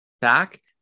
back